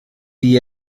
die